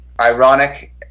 ironic